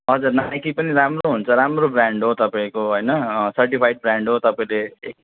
हजर नाइकी पनि राम्रो हुन्छ राम्रो ब्रान्ड तपाईँको होइन सर्टिफाइड ब्रान्ड हो तपाईँले